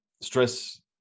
stress